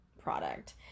product